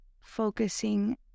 focusing